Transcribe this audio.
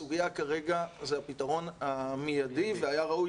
הסוגיה כרגע זה הפתרון המיידי והיה ראוי